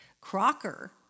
Crocker